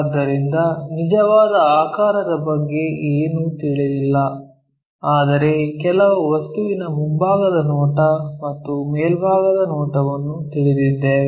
ಆದ್ದರಿಂದ ನಿಜವಾದ ಆಕಾರದ ಬಗ್ಗೆ ಏನೂ ತಿಳಿದಿಲ್ಲ ಆದರೆ ಕೆಲವು ವಸ್ತುವಿನ ಮುಂಭಾಗದ ನೋಟ ಮತ್ತು ಮೇಲ್ಭಾಗದ ನೋಟವನ್ನು ತಿಳಿದಿದ್ದೇವೆ